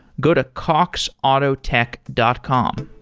go to coxautotech dot com.